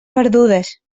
perdudes